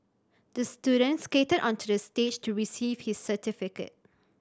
the student skated onto the stage to receive his certificate